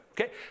okay